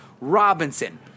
Robinson